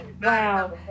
wow